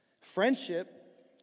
Friendship